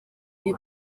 nie